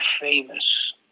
famous